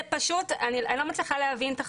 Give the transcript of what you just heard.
אני לא מצליחה להבין את החשיבה.